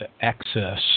access